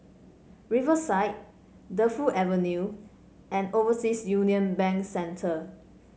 Riverside Defu Avenue and Overseas Union Bank Centre